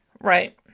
Right